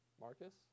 Marcus